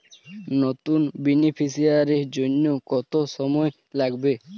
নতুন বেনিফিসিয়ারি জন্য কত সময় লাগবে?